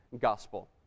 gospel